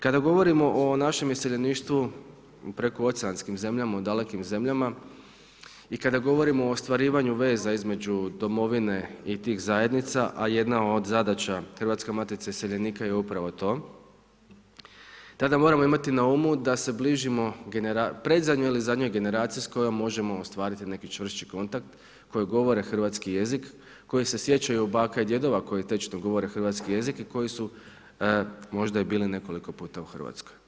Kada govorimo o našem iseljeništvu u prekooceanskim zemljama u dalekim zemljama i kada govorimo o ostvarivanju veza između domovine i tih zajednica, a jedna od zadaća Hrvatske matice iseljenika je upravo to tada moramo imati na umu da se predzadnjoj ili zadnjoj generacijskoj, a možemo ostvariti i neki čvršći kontakt koji govore hrvatski jezik, koji se sjećaju baka i djedova koji tečno govore hrvatski jezik i koji su možda i bili nekoliko puta u Hrvatskoj.